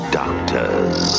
doctors